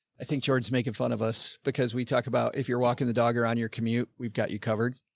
i think george is making fun of us because we talk about if you're walking the dog around your commute, we've got you covered.